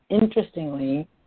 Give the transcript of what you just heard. interestingly